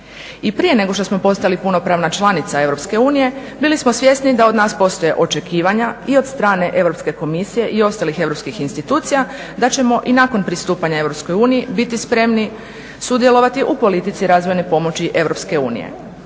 I prije nego što smo postali punopravna članica EU bili smo svjesni da od nas postoje očekivanja i od strane Europske komisije i ostalih europskih institucija, da ćemo i nakon pristupanja EU biti spremni sudjelovati u politici razvojne pomoći EU.